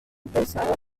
pensava